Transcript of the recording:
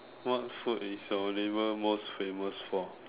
what food is your neighbour most famous for